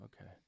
okay